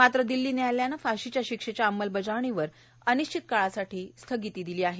मात्र दिल्ली न्यायालयानं फाशीच्या शिक्षेच्या अंमलबजावणीवर अनिश्वित काळासाठी स्थ्यगिती दिली आहे